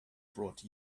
brought